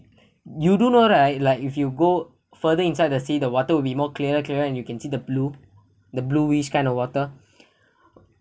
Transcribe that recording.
you do know right like if you go further inside the sea the water will be more clearer and clearer and you can see the blue the blue which kind of water